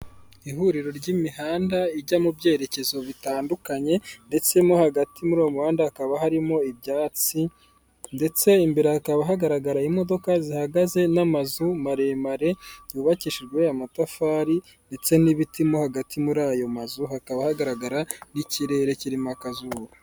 Ihuriro ry'imihanda ijya mu byerekezo bitandukanye ndetse mo hagati muri uwo muhanda hakaba harimo ibyatsi, ndetse imbere hakaba hagaragara imodoka zihagaze n'amazu maremare yubakishijwe amatafari ndetse n'ibiti, mo hagati muri ayo mazu hakaba hagaragara n'ikirere kirimo akazungu.